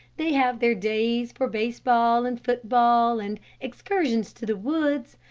they have their days for base-ball, and foot-ball, and excursions to the woods,